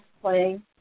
playing